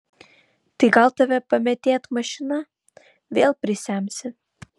tai gal tave pamėtėt mašina vėl prisemsi